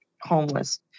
homeless